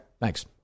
thanks